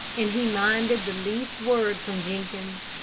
and he minded the least word from jenkins,